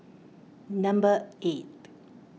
number eight